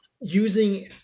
using